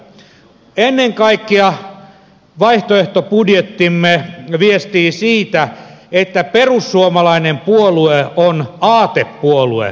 ennen kaikkea vaihtoehtobudjettimme viestii siitä että perussuomalainen puolue on aatepuolue